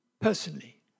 personally